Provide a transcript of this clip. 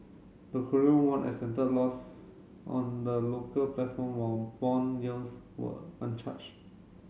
the Korean won extended losses on the local platform while bond yields were uncharged